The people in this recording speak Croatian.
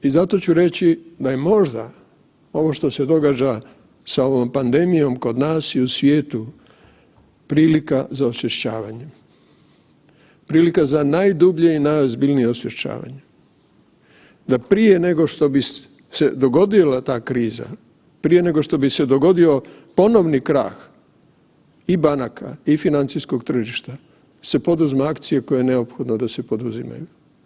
I zato ću reći da je možda ovo što se događa sa ovom pandemijom kod nas i u svijetu prilika za osvještavanjem, prilika za najdublje i najozbiljnije osvještavanje, da prije nego što bi se dogodila ta kriza, prije nego što bi se dogodio ponovni krah i banaka i financijskog tržišta, se poduzmu akcije koje je neophodno da se poduzimaju.